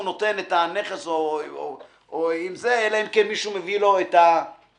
נותן את הנכס אלא אם כן מישהו מביא לו את הצו